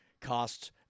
Costs